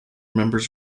members